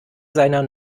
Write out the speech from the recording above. seiner